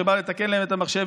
שבא לתקן להם את המחשב,